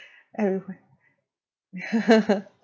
everywhere